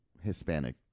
Hispanic